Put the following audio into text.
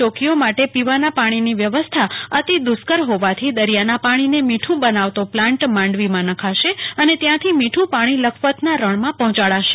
ચોકીઓ માટે પીવાના પાણીની વ્યવસ્થા અતિ દુષ્કર ફોવાથી દરિયાના પાણીને મીઠું બનાવતો પ્લાન્ટ માંડવીમાં નંખાશે અને ત્યાંથી મીઠું પાણી લખપતના રણમાં પહોચાડશે